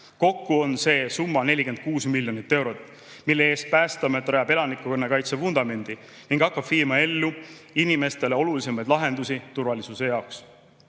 Kokku on see summa 46 miljonit eurot, mille eest Päästeamet rajab elanikkonnakaitse vundamendi ning hakkab viima ellu inimestele olulisemaid lahendusi turvalisuse jaoks. Esmalt